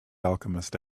alchemist